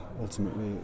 ultimately